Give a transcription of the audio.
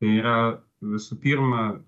tai yra visų pirma